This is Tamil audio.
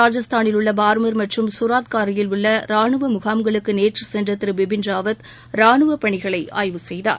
ராஜஸ்தானில் உள்ள பார்மர் மற்றும் கராத் கார்கில் உள்ள ராஹவ முகாம்களுக்கு நேற்று சென்ற திரு பிபின் ராவத் நேற்று ராணுவ பணிகளை ஆய்வு செய்தார்